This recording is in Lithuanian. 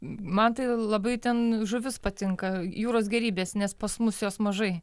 man tai labai ten žuvis patinka jūros gėrybės nes pas mus jos mažai